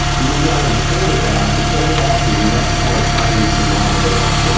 you move down in fulvic acid. fulvic acids are much more tiny conglomerations. so